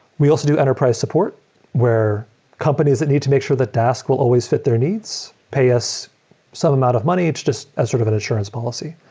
we also do enterprise support where companies that need to make sure that dask will always fit their needs, pay us some amount of money. it's just as sort of an insurance policy.